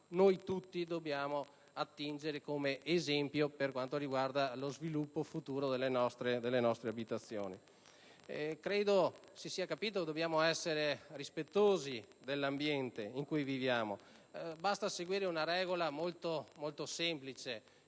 tutti dobbiamo attingere come esempio per quanto riguarda lo sviluppo futuro delle nostre abitazioni. Credo si sia capito che dobbiamo essere rispettosi dell'ambiente in cui viviamo e per far ciò basta seguire una regola molto semplice,